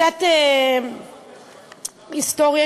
קצת היסטוריה,